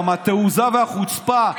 גם התעוזה והחוצפה,